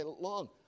long